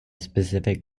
specific